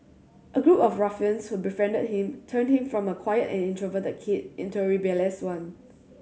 a group of ruffians who befriended him turned him from a quiet and introverted kid into a rebellious one